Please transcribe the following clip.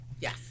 Yes